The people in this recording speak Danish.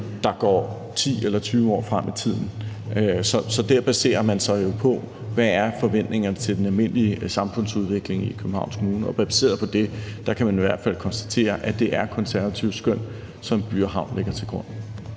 der går 10 eller 20 år frem i tiden, så der baserer man sig jo på, hvad forventningerne til den almindelige samfundsudvikling i Københavns Kommune er. Og baseret på det kan man i hvert fald konstatere, at det er konservative skøn, som By & Havn lægger til grund.